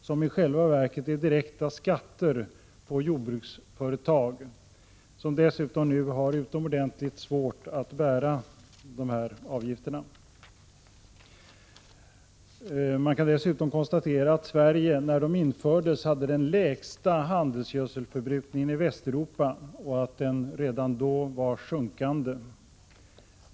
De är i själva verket direkta skatter på jordbruksföretagen, som har utomordentligt svårt att bära dessa kostnader. Man kan dessutom konstatera att Sverige, när de infördes, hade den lägsta handelsgödselanvändningen i Västeuropa och att den redan då var sjunkande.